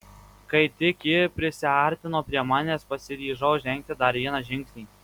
kai tik ji prisiartino prie manęs pasiryžau žengti dar vieną žingsnį